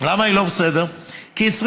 לא בסדר.